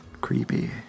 creepy